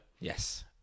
Yes